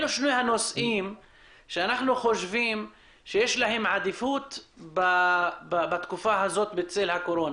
אלו שני הנושאים שלדעתנו יש להם עדיפות בתקופה הזו בצל הקורונה.